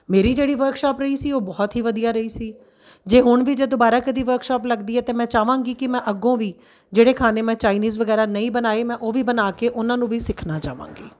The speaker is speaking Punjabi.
ਮੇਰੀ ਜਿਹੜੀ ਵਰਕਸ਼ਾਪ ਰਹੀ ਸੀ ਉਹ ਬਹੁਤ ਹੀ ਵਧੀਆ ਰਹੀ ਸੀ ਜੇ ਹੁਣ ਵੀ ਜੇ ਦੁਬਾਰਾ ਕਦੇ ਵਰਕਸ਼ਾਪ ਲੱਗਦੀ ਹੈ ਤਾਂ ਮੈਂ ਚਾਹਵਾਂਗੀ ਕਿ ਮੈਂ ਅੱਗੋਂ ਵੀ ਜਿਹੜੇ ਖਾਣੇ ਮੈਂ ਚਾਈਨੀਜ਼ ਵਗੈਰਾ ਨਹੀਂ ਬਣਾਏ ਮੈਂ ਉਹ ਵੀ ਬਣਾ ਕੇ ਉਹਨਾਂ ਨੂੰ ਵੀ ਸਿੱਖਣਾ ਚਾਹਾਂਗੀ